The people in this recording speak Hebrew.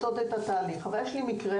יש לי מקרה,